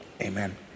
amen